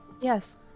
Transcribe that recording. Yes